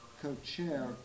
co-chair